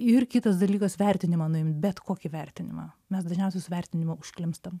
ir kitas dalykas vertinimą nuimt bet kokį vertinimą mes dažniausia su vertinimu užklimpstam